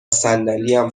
صندلیم